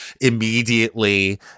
immediately